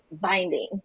binding